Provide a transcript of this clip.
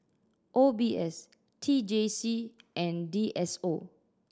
O B S T J C and D S O